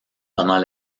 pendant